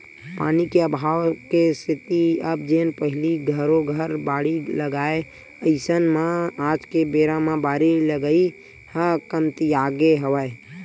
पानी के अभाव के सेती अब जेन पहिली घरो घर बाड़ी लगाय अइसन म आज के बेरा म बारी लगई ह कमतियागे हवय